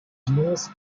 genus